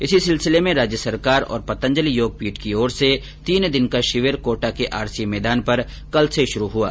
इसी सिलसिले में राज्य सरकार और पतंजलि योग पीठ की ओर से तीन दिन का शिविर कोटा के आरसीए मैदार पर कल से शुरू हुआ